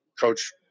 Coach